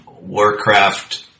Warcraft